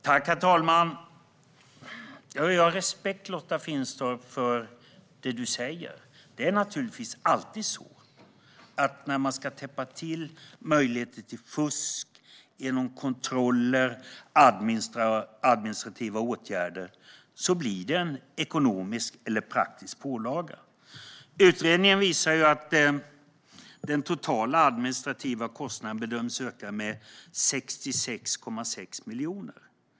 Herr talman! Jag har respekt för det du säger, Lotta Finstorp. När man ska täppa till möjligheter till fusk genom kontroller och administrativa åtgärder blir det naturligtvis alltid en ekonomisk eller praktisk pålaga. Utredningen visar att den totala administrativa kostnaden bedöms öka med 66,6 miljoner.